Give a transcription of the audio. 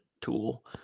tool